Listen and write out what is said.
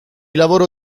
lavoro